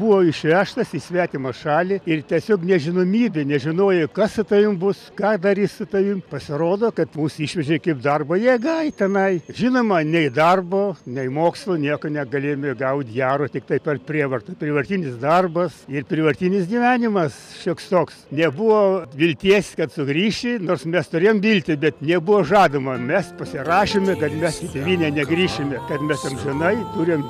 buvo išvežtas į svetimą šalį ir tiesiog nežinomybė nežinojai kas su tavim bus ką darys su tavim pasirodo kad mus išvežė kaip darbo jėga tenai žinoma nei darbo nei mokslo nieko negalėjome gaut gero tiktai per prievartą prievartinis darbas ir prievartinis gyvenimas šioks toks nebuvo vilties kad sugrįši nors mes turėjom viltį bet nebuvo žadama mes pasirašėme kad mes į tėvynę negrįšime kad mes amžinai turim